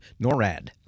NORAD